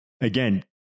again